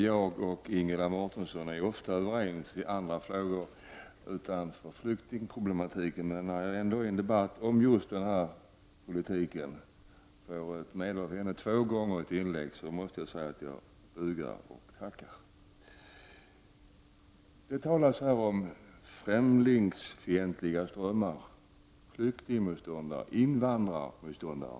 Fru talman! Ingela Mårtensson och jag är ofta överens om frågor som ligger utanför flyktingproblemet. Jag bugar och tackar när jag i en debatt om just den politiken får medhåll av henne två gånger i ett inlägg. Det talas här om främlingsfientliga strömmar, flyktingoch invandrarmotståndare.